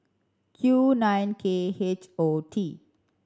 Q nine K H O T